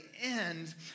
end